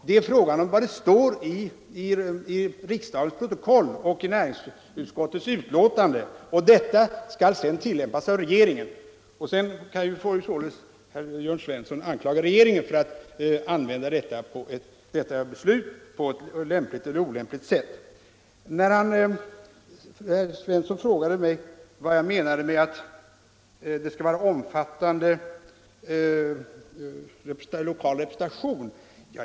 Det relevanta är vad som står i riksdagens protokoll och i näringsutskottets betänkande om det beslut som sedan skall tillämpas av regeringen. Herr Jörn Svensson får således anklaga regeringen, om han anser att detta beslut tillämpas på ett olämpligt sätt. Herr Jörn Svensson frågade mig vad jag menade med att tillstånd skulle ges parti med omfattande lokal representation.